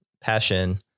passion